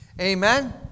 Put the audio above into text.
Amen